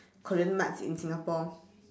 korean marts in singapore